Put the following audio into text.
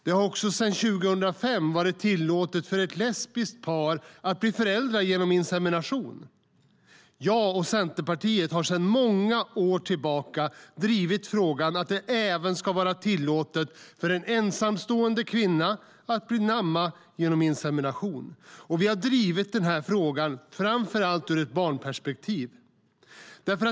Det har också sedan 2005 varit tillåtet för ett lesbiskt par att bli föräldrar genom insemination. Jag och Centerpartiet har sedan många år drivit frågan att det även ska vara tillåtet för en ensamstående kvinna att bli mamma genom insemination. Vi har drivit den här frågan framför allt ur ett barnperspektiv.